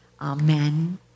Amen